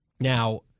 Now